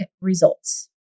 results